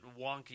wonky